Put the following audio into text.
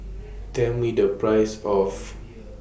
Tell Me The Price of